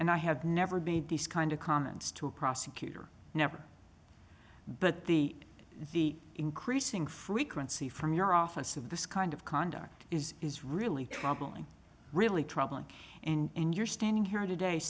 and i have never been this kind of comments to a prosecutor never but the the increasing frequency from your office of this kind of conduct is is really troubling really troubling and you're standing here today